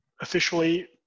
officially